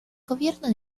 gobierno